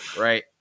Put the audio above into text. Right